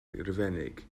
rufeinig